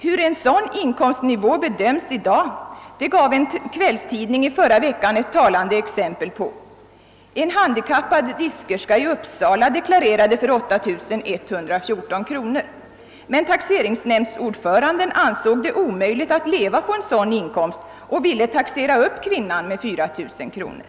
Hur en sådan inkomstnivå bedöms i dag gav en kvällstidning i förra veckan ett talande exempel på. En handikappad diskerska i Uppsala deklarerade för 8 114 kronor, men taxeringsnämndens ordförande ansåg det omöjligt att leva på en sådan inkomst och ville taxera upp kvinnan med 4 000 kronor.